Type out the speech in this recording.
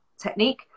technique